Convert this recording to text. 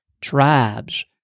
tribes